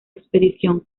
expedición